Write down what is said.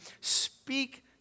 speak